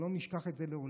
ולא נשכח את זה לעולם,